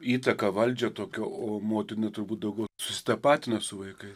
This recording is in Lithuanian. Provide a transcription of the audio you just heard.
įtaką valdžią tokią o motina turbūt daugiau susitapatina su vaikais